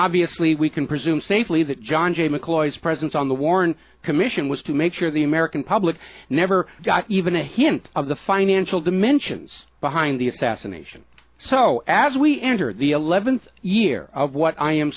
obviously we can presume safely that john j mccloy's presence on the warren commission was to make sure the american public never got even a hint of the financial dimensions behind the assassination so as we enter the eleventh year of what i am